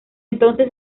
entonces